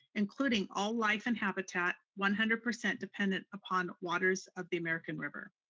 including all life and habitat one hundred percent dependent upon waters of the american river.